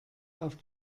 auf